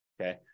okay